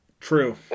True